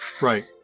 Right